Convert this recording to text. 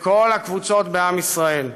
עם כל הקבוצות בעם ישראל,